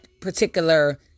particular